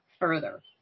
further